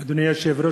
אדוני היושב-ראש,